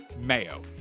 MAYO